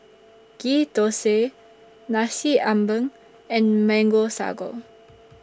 Ghee Thosai Nasi Ambeng and Mango Sago